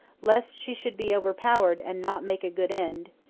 lest she should be overpowered and not make a good end,